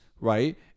right